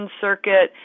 circuit